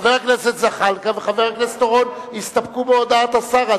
חבר הכנסת זחאלקה וחבר הכנסת אורון יסתפקו בהודעת השר,